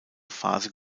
phase